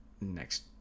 next